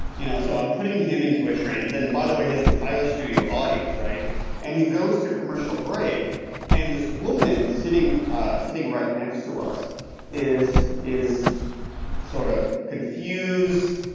you know so i'm putting him into a trance. and by the way, his entire studio audience, and he goes to commercial break and this woman sitting ah sitting right next to us is is sort of confused,